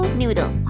noodle